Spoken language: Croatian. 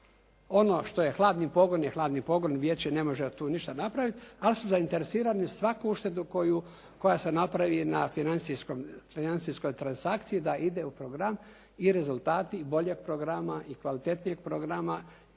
Ono što je hladni pogon je hladni pogon. Vijeće ne može tu ništa napraviti, ali su zainteresirani za svaku uštedu koja se napravi na financijskoj transakciji da ide u program i rezultati boljeg programa i kvalitetnije programa,